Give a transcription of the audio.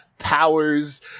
powers